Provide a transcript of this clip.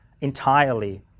entirely